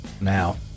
Now